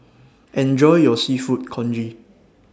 Enjoy your Seafood Congee